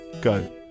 Go